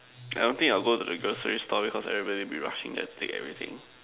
I don't think I will go to the groceries store because everybody will be rushing and to take everything